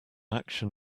action